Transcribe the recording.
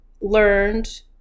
learned